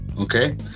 okay